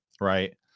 right